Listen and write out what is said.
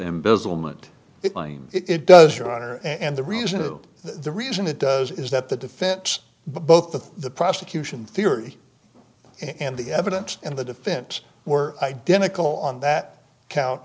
embezzle moment if it does your honor and the reason of the reason it does is that the defense both of the prosecution theory and the evidence and the defense were identical on that count